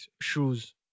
shoes